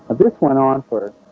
ah this went on for.